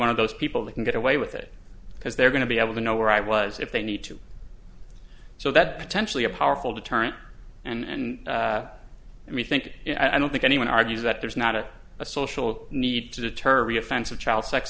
one of those people they can get away with it because they're going to be able to know where i was if they need to so that potentially a powerful deterrent and let me think i don't think anyone argues that there's not a a social need to deter the offense of child sex